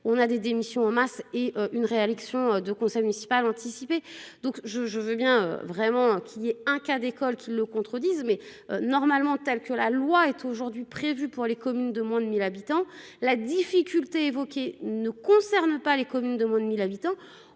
on a des démissions en masse et une réélection de conseil municipal anticipé. Donc je je veux bien vraiment qui est un cas d'école qui le contredisent. Mais normalement, telles que la loi est aujourd'hui prévu pour les communes de moins de 1000 habitants. La difficulté évoqué ne concerne pas les communes de moins de 1000 habitants.